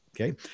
Okay